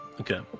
Okay